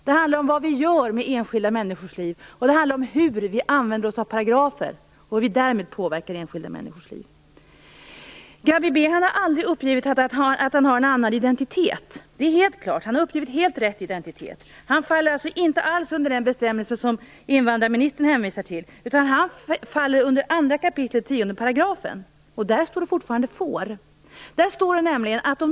Det handlar om vad vi gör med enskilda människors liv, och det handlar om hur vi använder oss av paragrafer och hur vi därmed påverkar enskilda människors liv. Gabi Behan har aldrig uppgivit att han har en annan identitet. Detta är helt klart. Han har uppgivit helt rätt identitet. Hans ärende faller alltså inte alls under den bestämmelse som invandrarministern hänvisar till, utan hans ärende faller under 2 kap. 10 §, och där står det fortfarande att uppehållstillstånd får återkallas. Där står nämligen - hör nu!